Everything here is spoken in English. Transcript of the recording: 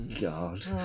God